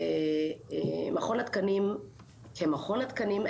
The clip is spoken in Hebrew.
מכון התקנים כמכון התקנים,